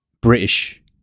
British